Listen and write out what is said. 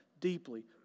deeply